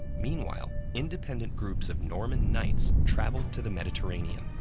meanwhile, independent groups of norman knights traveled to the mediterranean,